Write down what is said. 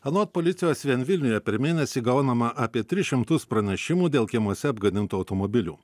anot policijos vien vilniuje per mėnesį gaunama apie tris šimtus pranešimų dėl kiemuose apgadintų automobilių